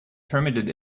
permitted